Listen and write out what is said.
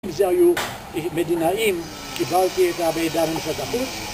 אם זה היו מדינאים, קיבלתי את המידע ממשרד החוץ